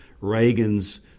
Reagan's